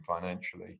financially